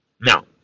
Now